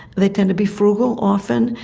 they tend to be frugal often,